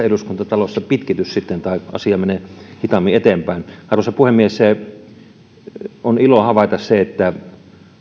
eduskuntatalossa sitten pitkity tai asia mene hitaammin eteenpäin arvoisa puhemies on ilo havaita se että